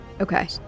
Okay